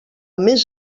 més